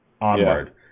Onward